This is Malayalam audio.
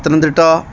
പത്തനംതിട്ട